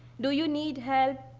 do you need help?